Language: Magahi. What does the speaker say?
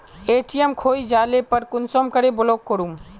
ए.टी.एम खोये जाले पर कुंसम करे ब्लॉक करूम?